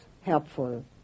helpful